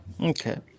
Okay